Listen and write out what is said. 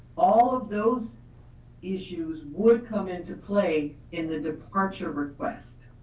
all of those issues would come into play in the departure request.